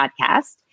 podcast